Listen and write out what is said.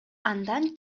андан